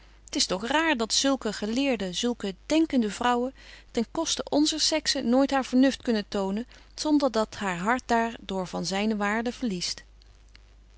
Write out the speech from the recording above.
t is toch raar dat zulke geleerde zulke denkende vrouwen ten koste onzer sexe nooit haar vernuft kunnen tonen zonder dat haar hart daar door van zyne waarde verliest